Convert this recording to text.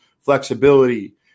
flexibility